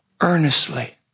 earnestly